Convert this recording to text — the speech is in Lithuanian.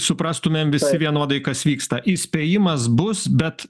suprastumėm visi vienodai kas vyksta įspėjimas bus bet